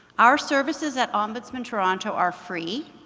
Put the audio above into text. our services at ombudsman toronto are free,